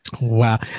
Wow